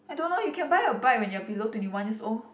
I don't know you can buy a bike when you are below twenty one years old